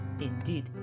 Indeed